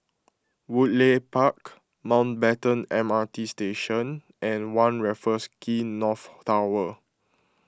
Woodleigh Park Mountbatten M R T Station and one Raffles Quay North Tower